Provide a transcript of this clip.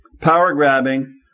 power-grabbing